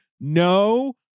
No